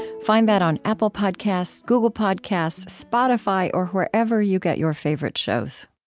find that on apple podcasts, google podcasts, spotify, or wherever you get your favorite shows